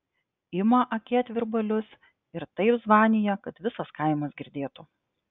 ima akėtvirbalius ir taip zvanija kad visas kaimas girdėtų